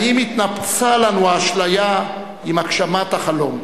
האם התנפצה לנו האשליה עם הגשמת החלום?